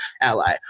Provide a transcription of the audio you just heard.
ally